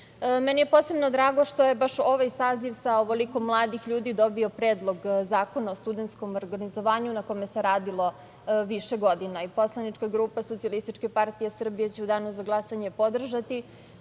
je posebno drago što je baš ovaj saziv sa ovoliko mladih ljudi dobio Predlog zakona o studentskom organizovanju, na kome se radilo više godina. Poslanička grupa SPS će u danu za glasanje podržati